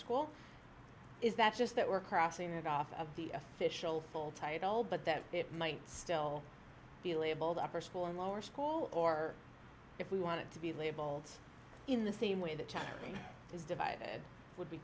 school is that just that we're crossing it off of the official full title but that it might still be labeled upper school and lower school or if we want it to be labeled in the same way that time is divided would